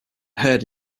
heard